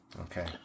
Okay